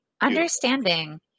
Understanding